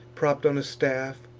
propp'd on a staff,